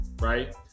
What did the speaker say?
right